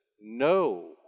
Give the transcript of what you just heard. no